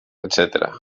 etc